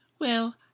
Well